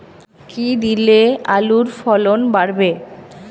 কী দিলে আলুর ফলন বাড়বে?